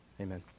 Amen